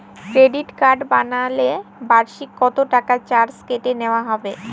Credit card বানালে বার্ষিক কত টাকা চার্জ কেটে নেওয়া হবে?